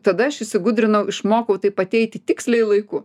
tada aš įsigudrinau išmokau taip ateiti tiksliai laiku